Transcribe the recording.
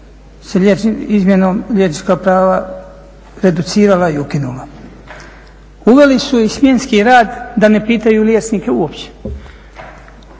se izmjenom liječnička prava reducirala i ukinula. Uveli su i smjenski rad da ne pitaju liječnike uopće.